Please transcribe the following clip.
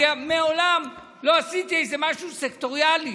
אני מעולם לא עשיתי משהו סקטוריאלי.